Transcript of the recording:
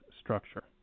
structure